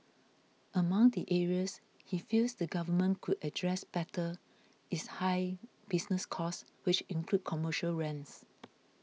among the areas he feels the government could address better is high business costs which include commercial rents